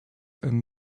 and